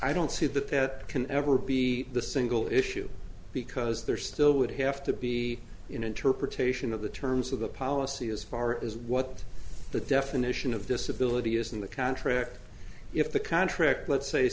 i don't see that that can ever be the single issue because there still would have to be interpretation of the terms of the policy as far as what the definition of disability is in the contract if the contract let's say